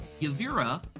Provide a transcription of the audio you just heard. Yavira